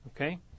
Okay